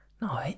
no